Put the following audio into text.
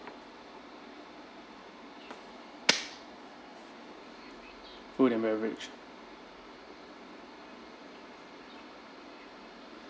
food and beverage